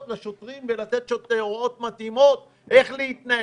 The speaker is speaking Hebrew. לשוטרים ולתת הוראות מתאימות איך להתנהל,